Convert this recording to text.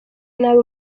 nabi